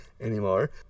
anymore